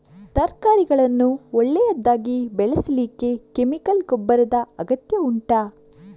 ತರಕಾರಿಗಳನ್ನು ಒಳ್ಳೆಯದಾಗಿ ಬೆಳೆಸಲಿಕ್ಕೆ ಕೆಮಿಕಲ್ ಗೊಬ್ಬರದ ಅಗತ್ಯ ಉಂಟಾ